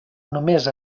només